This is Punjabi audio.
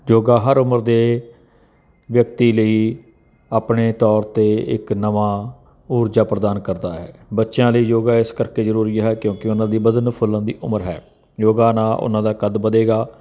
ਯੋਗਾ ਹਰ ਉਮਰ ਦੇ ਵਿਅਕਤੀ ਲਈ ਆਪਣੇ ਤੌਰ 'ਤੇ ਇੱਕ ਨਵਾਂ ਊਰਜਾ ਪ੍ਰਦਾਨ ਕਰਦਾ ਹੈ ਬੱਚਿਆਂ ਲਈ ਯੋਗਾ ਇਸ ਕਰਕੇ ਜ਼ਰੂਰੀ ਹੈ ਕਿਉਂਕਿ ਉਹਨਾਂ ਦੀ ਵਧਣ ਫੁੱਲਣ ਦੀ ਉਮਰ ਹੈ ਯੋਗਾ ਨਾ ਉਹਨਾਂ ਦਾ ਕੱਦ ਵਧੇਗਾ